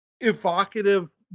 Evocative